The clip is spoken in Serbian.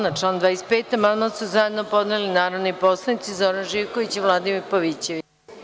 Na član 25. amandman su zajedno podneli narodni poslanici Zoran Živković i Vladimir Pavićević.